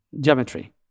geometry